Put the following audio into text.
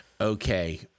okay